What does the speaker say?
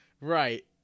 Right